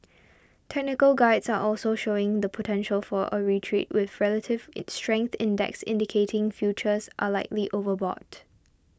technical guides are also showing the potential for a retreat with relative its strength index indicating futures are likely overbought